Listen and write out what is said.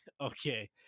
okay